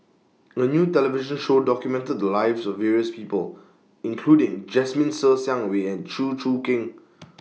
A New television Show documented The Lives of various People including Jasmine Ser Xiang Wei and Chew Choo Keng